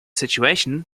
situation